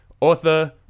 author